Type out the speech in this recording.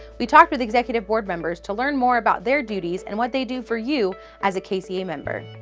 we talked with executive board members to learn more about their duties and what they do for you as a kca yeah member.